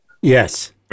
Yes